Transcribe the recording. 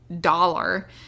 dollar